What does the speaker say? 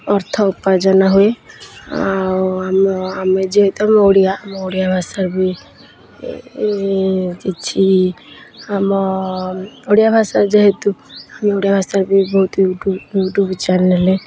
ଅର୍ଥ ଉପାର୍ଜନ ହୁଏ ଆଉ ଆମ ଆମେ ଯେହେତୁ ଆମେ ଓଡ଼ିଆ ଆମ ଓଡ଼ିଆ ଭାଷା ବି କିଛି ଆମ ଓଡ଼ିଆ ଭାଷା ଯେହେତୁ ଆମେ ଓଡ଼ିଆ ଭାଷାରେ ବି ବହୁତ ୟୁ ଟ୍ୟୁବ୍ ୟୁ ଟ୍ୟୁବ୍ ଚ୍ୟାନେଲ୍ରେ